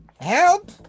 Help